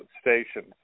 stations